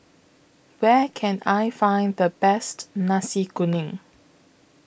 Where Can I Find The Best Nasi Kuning